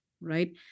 right